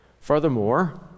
Furthermore